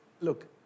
look